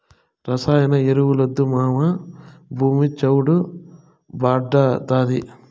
రసాయన ఎరువులొద్దు మావా, భూమి చౌడు భార్డాతాది